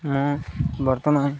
ମୁଁ ବର୍ତ୍ତମାନ